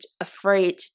afraid